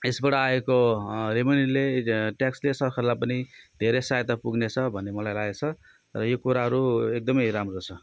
यसबाट आएको रेभिन्युले ट्याक्सले सरकारलाई पनि धेरै सहायता पुग्ने छ भन्ने मलाई लागेको छ र यो कुराहरू एकदम राम्रो छ